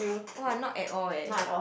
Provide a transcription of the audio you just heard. [wah] not at all eh